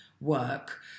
work